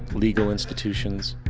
legal institutions,